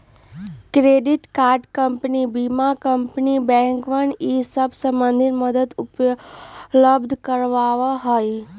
credit card कंपनियन बीमा कंपनियन बैंकवन ई सब संबंधी मदद उपलब्ध करवावा हई